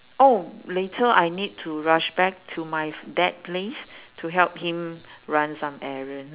oh later I need to rush back to my dad place to help him run some errand